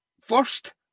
first